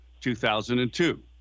2002